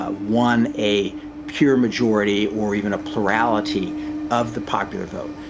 ah won a pure majority or even a plurality of the popular vote.